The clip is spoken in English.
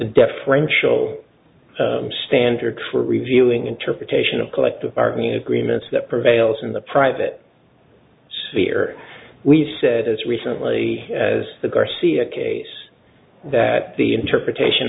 deferential standard for revealing interpretation of collective bargaining agreements that prevails in the private sphere we said as recently as the garcia case that the interpretation